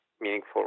meaningful